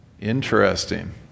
Interesting